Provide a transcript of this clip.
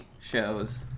shows